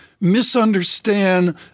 misunderstand